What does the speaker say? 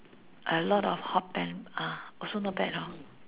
a lot of hot air uh also not bad hor